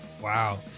Wow